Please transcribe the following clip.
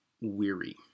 weary